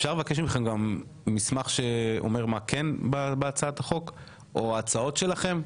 אפשר לבקש מכם גם מסמך שאומר מה כן בהצעת החוק או ההצעות שלכם?